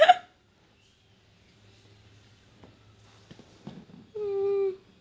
um